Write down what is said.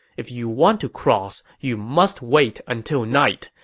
if you want to cross, you must wait until night,